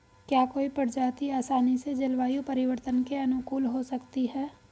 क्या कोई प्रजाति आसानी से जलवायु परिवर्तन के अनुकूल हो सकती है?